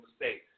mistakes